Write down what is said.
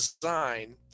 design